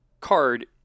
card